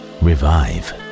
revive